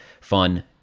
fun